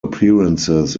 appearances